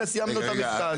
סיימנו את המקטע הזה.